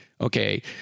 Okay